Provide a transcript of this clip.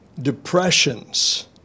depressions